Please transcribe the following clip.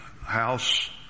house